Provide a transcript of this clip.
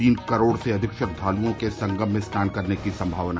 तीन करोड़ से अधिक श्रद्वालुओं के संगम में स्नान करने की सम्भावना